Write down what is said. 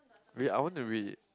wait I want to read